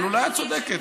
אבל אולי את צודקת.